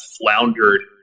floundered